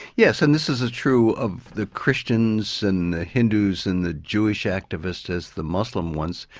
yes and this is as true of the christians and the hindus and the jewish activists as the muslim ones,